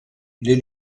les